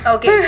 Okay